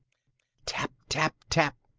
tap, tap, tap.